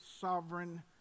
sovereign